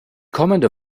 kommende